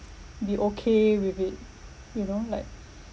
be okay with it you know like